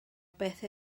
beth